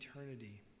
eternity